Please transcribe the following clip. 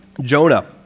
Jonah